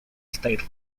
state